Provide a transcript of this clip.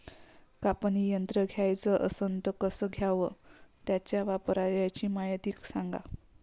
कापनी यंत्र घ्याचं असन त कस घ्याव? त्याच्या वापराची मायती सांगा